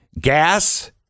Gas